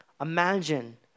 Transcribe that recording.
Imagine